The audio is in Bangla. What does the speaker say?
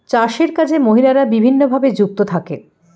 চাষের কাজে মহিলারা বিভিন্নভাবে যুক্ত থাকে